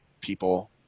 people